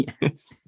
yes